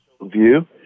view